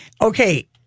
okay